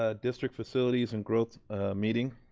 ah district facilities and growth meeting.